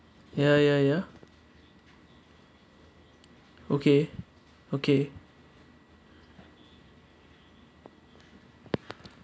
ya ya ya okay okay